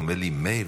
הוא אומר לי: מאיר,